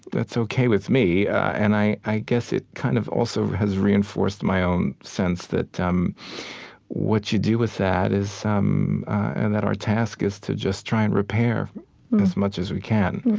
that's ok with me. and i i guess it kind of also has reinforced my own sense that um what you do with that is um and that our task is to just try and repair as much as we can.